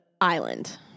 Island